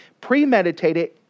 premeditated